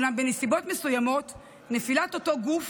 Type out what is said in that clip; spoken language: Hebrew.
אולם בנסיבות מסוימות נפילת אותו הגוף